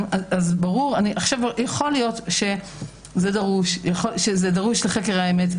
יכול להיות שזה דרוש לחקר האמת,